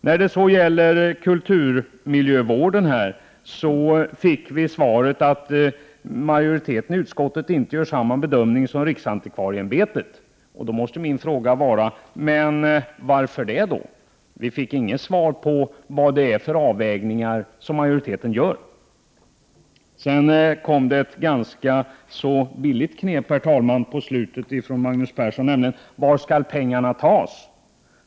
När det så gäller kulturmiljövården fick vi svaret att majoriteten i utskottet inte gör samma bedömning som riksantikvarieämbetet. Min fråga måste då bli: Varför det då? Vi fick inget svar på vilken avvägning majoriteten gör. Herr talman! På slutet kom det ett ganska billigt knep från Magnus Persson. Han frågar: Var skall pengarna tas?